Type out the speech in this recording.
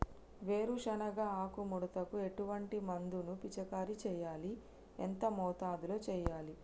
వేరుశెనగ ఆకు ముడతకు ఎటువంటి మందును పిచికారీ చెయ్యాలి? ఎంత మోతాదులో చెయ్యాలి?